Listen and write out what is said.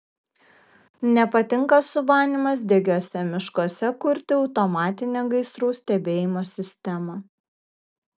nepatinka sumanymas degiuose miškuose kurti automatinę gaisrų stebėjimo sistemą